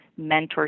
mentorship